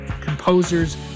composers